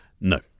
No